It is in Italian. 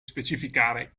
specificare